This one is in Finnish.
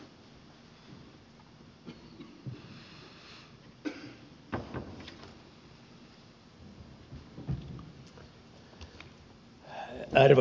arvoisa puhemies